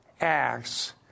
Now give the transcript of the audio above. Acts